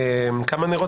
נרות